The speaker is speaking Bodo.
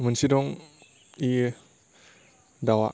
मोनसे दं इयो दावआ